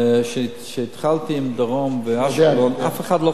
כשהתחלתי עם הדרום ועם אשקלון אף אחד לא חלם.